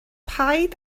paid